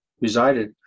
resided